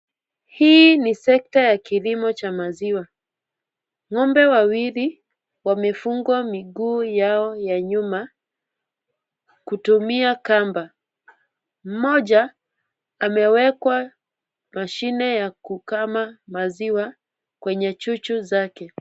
Hii ni sekta ya kilimo cha maziwa. Ng'ombe wawili wamefungwa miguu yao ya nyuma, kutumia kamba. Mmoja amewekwa mashine ya kukama maziwa, kwenye chuchu zake.